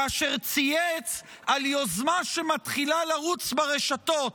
כאשר צייץ על יוזמה שמתחילה לרוץ ברשתות: